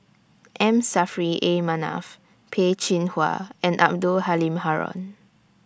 M Saffri A Manaf Peh Chin Hua and Abdul Halim Haron